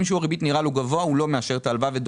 אם שיעור הריבית נראה לו גבוה הוא לא מאשר את ההלוואה,